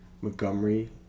Montgomery